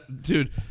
Dude